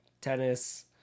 tennis